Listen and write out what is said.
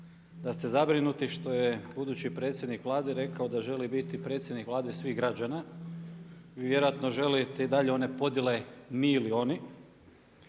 da ste zabrinuti što je budući predsjednik Vlade rekao da želi biti predsjednik Vlade svih građana. Vi vjerojatno želite i dalje one podjele mi ili oni.